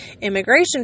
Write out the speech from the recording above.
immigration